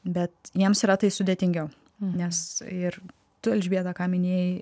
bet jiems yra tai sudėtingiau nes ir tu elžbieta ką minėjai